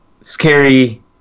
scary